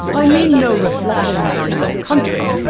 i mean no reflections on your country,